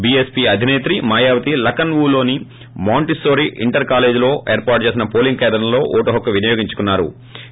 BSc అధినేత్రి మాయావతి లఖ్నవూలోని Montessori inter కాలేజ్లో ఏర్పాటు చేసిన పోలింగ్ కేంద్రంలో ఓటు హక్కు వినియోగించుకున్నా రు